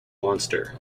monster